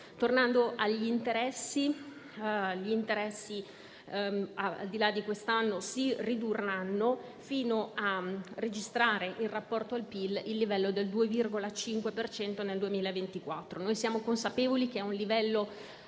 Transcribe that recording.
Tornando agli interessi, al di là di quest'anno, essi si ridurranno fino a registrare in rapporto al PIL il livello del 2,5 per cento nel 2024. Siamo consapevoli che è un livello